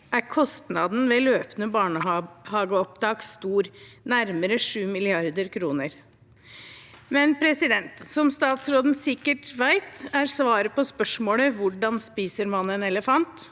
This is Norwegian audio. er kostnaden ved løpende barnehageopptak stor, nærmere 7 mrd. kr. Som statsråden sikkert vet, er svaret på spørsmålet om hvordan man spiser en elefant,